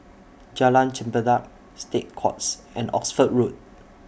Jalan Chempedak State Courts and Oxford Road